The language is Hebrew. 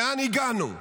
לאן הגענו?